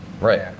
Right